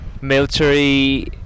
military